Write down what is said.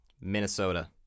Minnesota